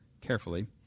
carefully